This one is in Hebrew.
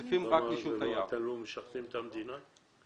אתם לא משרתים את המדינה?